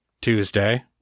Tuesday